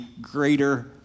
greater